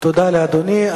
תודה לאדוני.